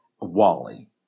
Wally